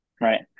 Right